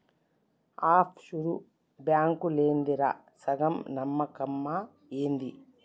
half sure బాంకులేందిరా, సగం నమ్మకమా ఏంది